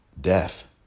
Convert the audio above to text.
death